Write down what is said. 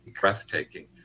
breathtaking